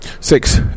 six